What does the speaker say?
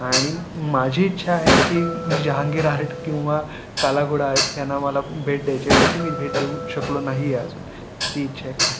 आणि माझी इच्छा आहे की मी जहांगीर आर्ट किंवा कालाघोडा आर्ट ह्यांना मला भेट द्यायची आहे पण ती मी भेट देऊ शकलो नाही आहे अजून तर ती इच्छा एक आहे